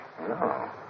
No